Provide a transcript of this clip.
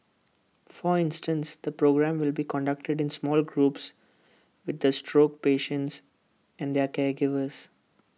for instance the programme will be conducted in small groups with the stroke patients and their caregivers